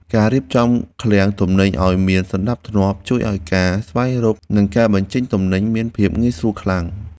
ការរៀបចំឃ្លាំងទំនិញឱ្យមានសណ្តាប់ធ្នាប់ ជួយឱ្យការស្វែងរកនិងការបញ្ចេញទំនិញមានភាពងាយស្រួលខ្លាំង។